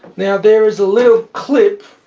now there is a little clip